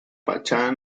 fachada